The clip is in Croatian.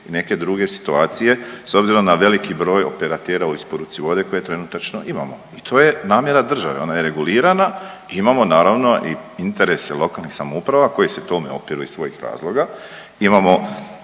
i neke druge situacije s obzirom na veliki broj operatera u isporuci vode koje trenutačno imamo i to je namjera države. Ona je regulirana. Imamo naravno i interese lokalnih samouprava koji se tome opiru iz svojih razloga, imamo